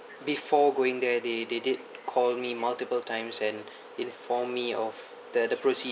before going there they they did call me multiple times and inform me of the the procedures